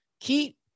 keep